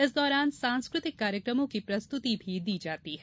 इस दौरान सांस्कृतिक कार्यक्रमों की प्रस्तुति भी दी जाती है